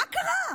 מה קרה?